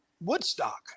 Woodstock